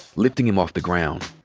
lifting him off the ground.